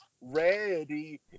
ready